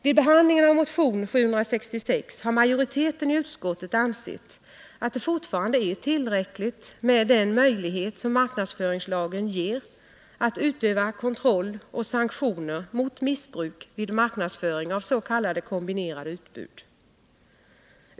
Vid behandlingen av motion 766 har majoriteten i utskottet ansett att det fortfarande är tillräckligt med den möjlighet som marknadsföringslagen ger att utöva kontroll och sanktioner mot missbruk vid marknadsföring av s.k. kombinerade utbud.